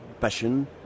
passion